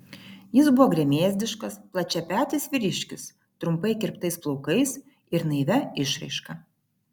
jis buvo gremėzdiškas plačiapetis vyriškis trumpai kirptais plaukais ir naivia išraiška